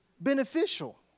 beneficial